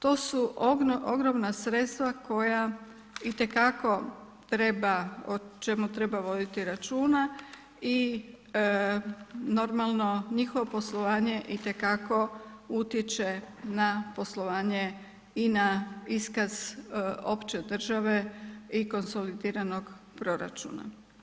To su ogromna sredstva koja i te kako treba, o čemu treba voditi računa i normalno njihovo poslovanje i te kako utječe na poslovanje i na iskaz opće države i konsolidiranog proračuna.